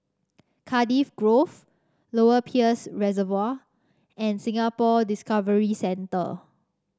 Cardiff Grove Lower Peirce Reservoir and Singapore Discovery Centre